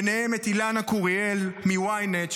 ביניהם אילנה קוריאל מ-ynet,